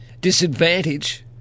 disadvantage